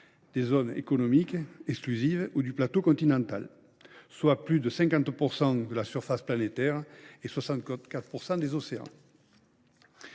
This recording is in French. des zones économiques exclusives ou du plateau continental, soit plus de 50 % de la surface planétaire et 64 % de celle